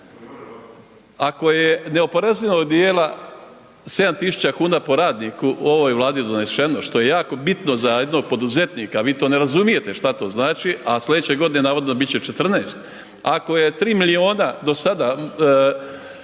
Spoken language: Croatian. ako je neoporezivog dijela 7 tisuća kuna po radniku u ovoj Vladi doneseno, što je jako bitno za jednog poduzetnika, vi to ne razumijete, što to znači, a sljedeće godine navodno bit će 14, ako je 3 milijuna do sada,